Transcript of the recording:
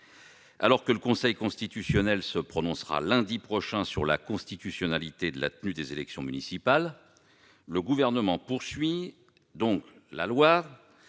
Alors que le Conseil constitutionnel se prononcera lundi prochain sur la constitutionnalité de la tenue des élections municipales, le Gouvernement poursuit avec ce